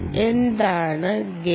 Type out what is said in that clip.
എന്താണ് ഗെയിൻ